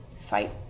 fight